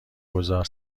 گذار